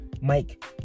Mike